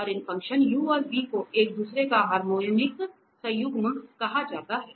और इन function u और v को एक दूसरे का हार्मोनिक संयुग्म कहा जाता है